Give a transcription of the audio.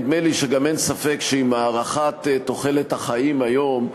נדמה לי שגם אין ספק שעם הארכת תוחלת החיים היום,